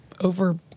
over